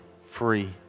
free